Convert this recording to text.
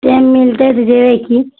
time मिलतै तऽ जएबै कि